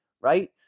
right